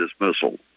dismissal